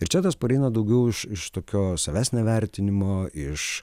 ir čia tas pareina daugiau iš tokio savęs nevertinimo iš